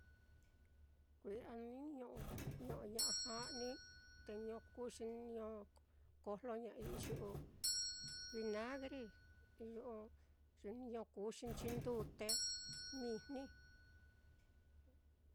Kui'a ño'o-ño'o ña'a ja'ni, te niño kuxi, niño kojloña'ai iyu'u vinagri, iyu'u niño kuxinchi ndute mijni.